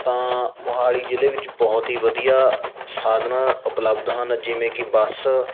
ਤਾਂ ਮੋਹਾਲੀ ਜਿਲ੍ਹੇ ਵਿੱਚ ਬਹੁਤ ਹੀ ਵਧੀਆ ਸਾਧਨਾਂ ਉਪਲਬਧ ਹਨ ਜਿਵੇਂ ਕਿ ਬੱਸ